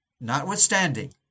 notwithstanding